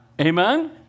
Amen